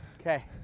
Okay